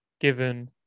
given